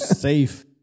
safe